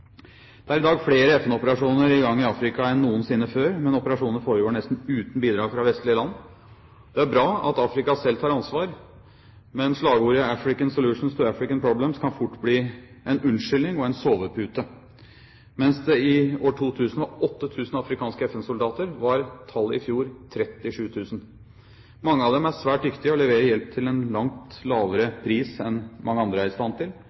Det er i dag flere FN-operasjoner i gang i Afrika enn noensinne før, men operasjonene foregår nesten uten bidrag fra vestlige land. Det er bra at Afrika selv tar ansvar, men slagordet «African solutions to African problems» kan fort bli en unnskyldning og en sovepute. Mens det i 2000 var 8 000 afrikanske FN-soldater, var tallet i fjor 37 000. Mange av dem er svært dyktige og leverer hjelp til en langt lavere pris enn mange andre er i stand til,